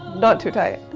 not today.